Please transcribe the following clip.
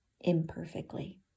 imperfectly